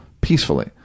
peacefully